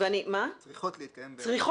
צריכות להתקיים.